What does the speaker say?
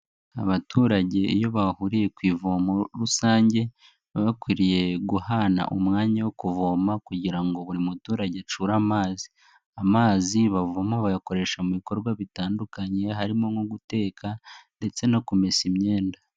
Abaturage iyo bahuriye ku ivomo rusange, baba bakwiriye guhana umwanya wo kuvoma kugira ngo buri muturage acyure amazi. Amazi bavoma bayakoresha mu bikorwa bitandukanye, harimo nko guteka ndetse no kumesa imyenda.